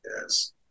Yes